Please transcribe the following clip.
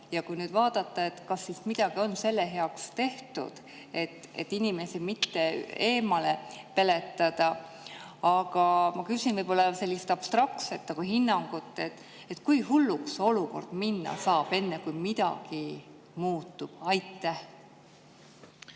kui nüüd vaadata, kas midagi on selle heaks tehtud, et inimesi mitte eemale peletada. Aga ma küsin sellist abstraktset hinnangut: kui hulluks olukord minna saab, enne kui midagi muutub? Aitäh,